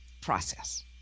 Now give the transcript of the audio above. process